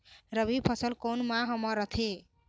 रबी फसल कोन माह म रथे?